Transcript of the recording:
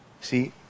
See